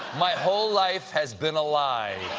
my whole life has been a lie.